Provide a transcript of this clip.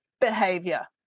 behavior